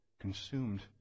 consumed